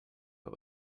but